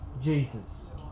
Jesus